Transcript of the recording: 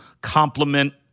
complement